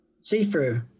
see-through